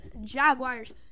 Jaguars